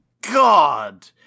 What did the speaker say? god